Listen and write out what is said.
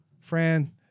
Fran